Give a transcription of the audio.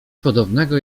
podobnego